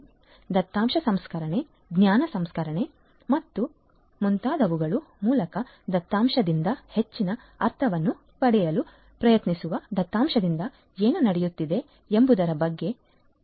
ದತ್ತಾಂಶ ಸಂಸ್ಕರಣೆ ಜ್ಞಾನ ಸಂಸ್ಕರಣೆ ಮತ್ತು ಮುಂತಾದವುಗಳ ಮೂಲಕ ದತ್ತಾಂಶದಿಂದ ಹೆಚ್ಚಿನ ಅರ್ಥವನ್ನು ಪಡೆಯಲು ಪ್ರಯತ್ನಿಸುವ ದತ್ತಾಂಶದಿಂದ ಏನು ನಡೆಯುತ್ತಿದೆ ಎಂಬುದರ ಬಗ್ಗೆ